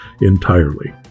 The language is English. entirely